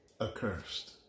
accursed